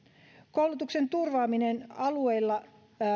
koulutuksen turvaaminen alueilla